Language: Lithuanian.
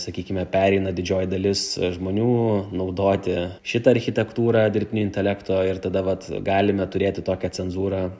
sakykime pereina didžioji dalis žmonių naudoti šitą architektūrą dirbtinio intelekto ir tada vat galime turėti tokią cenzūrą